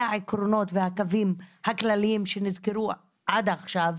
העקרונות והקווים הכלליים שנזכרו עד עכשיו.